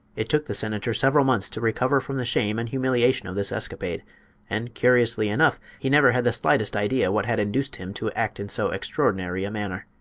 it took the senator several months to recover from the shame and humiliation of this escapade and, curiously enough, he never had the slightest idea what had induced him to act in so extraordinary a manner.